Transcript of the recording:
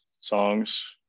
songs